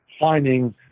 finding